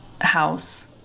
house